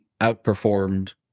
outperformed